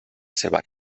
seva